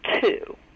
two